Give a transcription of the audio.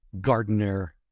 Gardener